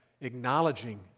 acknowledging